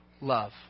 love